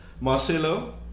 Marcelo